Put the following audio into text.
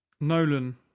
Nolan